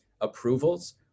approvals